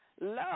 love